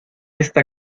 esta